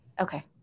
okay